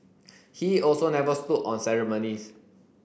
he also never stood on ceremonies